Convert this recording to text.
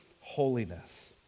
holiness